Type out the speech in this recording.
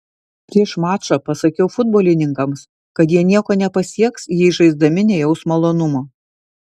prieš mačą pasakiau futbolininkams kad jie nieko nepasieks jei žaisdami nejaus malonumo